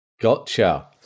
Gotcha